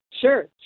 Sure